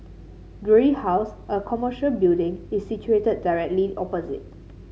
Guthrie House a commercial building is situated directly opposite